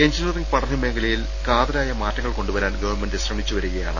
engineering പഠനമേഖലയിൽ കാതലായ മാറ്റങ്ങൾ കൊണ്ടുവരാൻ ഗവൺമെന്റ് ശ്രമിച്ചുവരികയാണ്